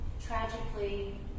tragically